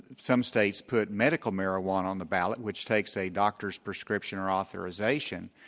some states put medical marijuana on the ballot, which takes a doctor's prescription or authorization,